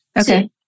Okay